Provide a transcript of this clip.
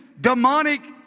demonic